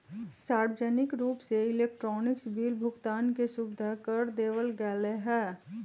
सार्वजनिक रूप से इलेक्ट्रॉनिक बिल भुगतान के सुविधा कर देवल गैले है